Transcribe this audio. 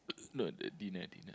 no the D netting